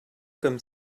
comme